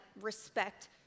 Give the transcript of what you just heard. respect